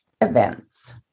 events